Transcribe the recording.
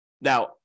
Now